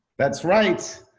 that's right.